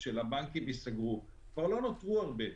של הבנקים, למרות שכבר לא נותרו הרבה.